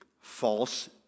false